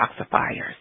detoxifiers